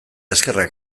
eskerrak